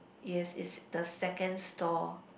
yes it's the second store